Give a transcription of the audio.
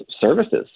services